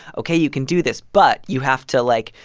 ok, you can do this, but you have to, like,